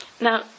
Now